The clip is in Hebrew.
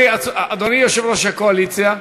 אדוני יושב-ראש הקואליציה?